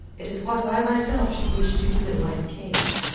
it is what i myself should wish to do in like case.